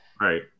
Right